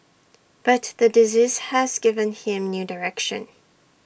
but the disease has given him new direction